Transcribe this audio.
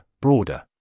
broader